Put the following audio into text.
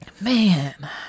Man